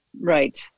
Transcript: right